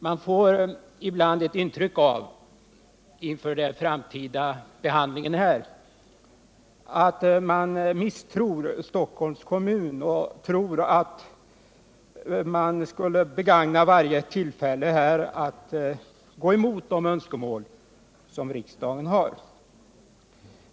Jag får ibland ett intryck av att man, inför den framtida behandlingen här, misstror Stockholms kommun och utgår ifrån att kommunen skulle begagna varje tillfälle att gå emot de önskemål som riksdagen har.